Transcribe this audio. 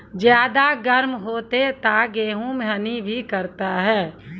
ज्यादा गर्म होते ता गेहूँ हनी भी करता है?